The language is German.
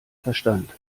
verstand